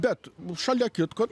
bet šalia kitko